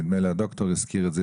נדמה לי הדוקטור הזכיר את זה,